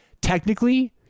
Technically